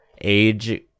age